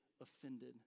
offended